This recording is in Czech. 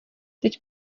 teď